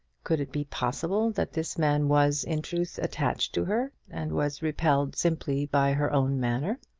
could it be possible that this man was in truth attached to her, and was repelled simply by her own manner?